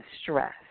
stress